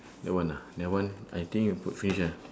that one ah that one I think you put finish ah